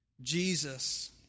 Jesus